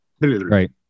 Right